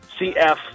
CF